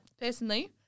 personally